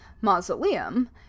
mausoleum